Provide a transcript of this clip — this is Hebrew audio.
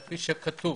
כפי שכתוב